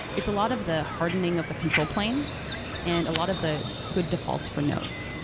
it's a lot of the hardening of the control plane and a lot of the good defaults for nodes.